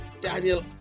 Daniel